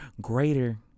greater